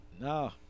No